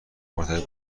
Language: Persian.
مرتبط